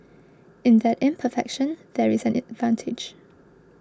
in that imperfection there is an advantage